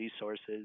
Resources